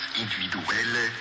individuelle